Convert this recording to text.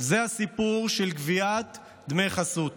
זה הסיפור של גביית דמי חסות